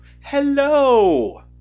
hello